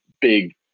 big